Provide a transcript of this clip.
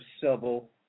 civil